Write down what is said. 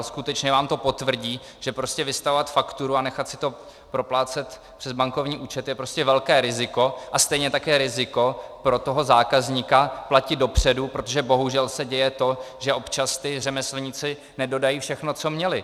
Skutečně vám to potvrdí, že vystavovat fakturu a nechat si to proplácet přes bankovní účet je prostě velké riziko, a stejně také riziko pro zákazníka platit dopředu, protože bohužel se děje to, že občas řemeslníci nedodají všechno, co měli.